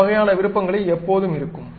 இந்த வகையான விருப்பங்கள் எப்போதும் இருக்கும்